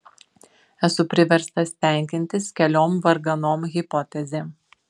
esu priverstas tenkintis keliom varganom hipotezėm